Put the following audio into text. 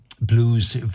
blues